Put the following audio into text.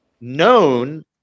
known